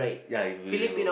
ya it's beautiful